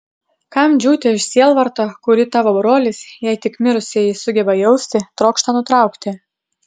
kam džiūti iš sielvarto kurį tavo brolis jei tik mirusieji sugeba jausti trokšta nutraukti